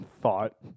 thought